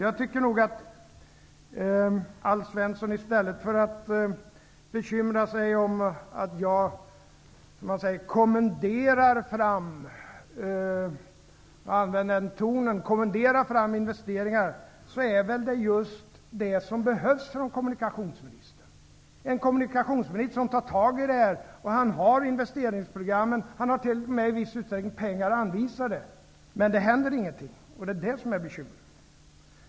Jag tycker nog att Alf Svensson, i stället för att bekymra sig om att jag använder en kommenderande ton för att få fram investeringar, bör inse att det är just det som en kommunikationsminister behöver göra. Det behövs en kommunikationsminister som tar tag i det här. Han har investeringsprogrammen. Han har t.o.m. i viss utsträckning pengar anvisade. Men det händer ingenting, och det är bekymret.